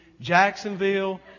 Jacksonville